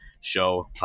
show